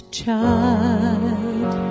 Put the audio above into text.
child